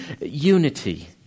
unity